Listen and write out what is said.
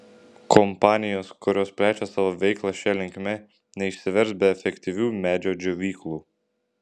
kompanijos kurios plečia savo veiklą šia linkme neišsivers be efektyvių medžio džiovyklų